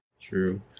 True